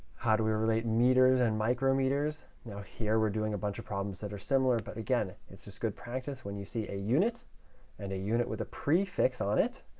how do we relate meters and micrometers? now, here, we're doing a bunch of problems that are similar, but again, it's just good practice. when you see a unit and a unit with a prefix on it,